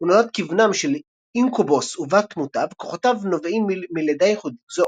הוא נולד כבנם של אינקובוס ובת-תמותה וכוחותיו נובעים מלידה ייחודית זו.